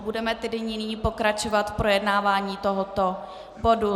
Budeme tedy nyní pokračovat v projednávání tohoto bodu.